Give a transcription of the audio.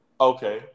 okay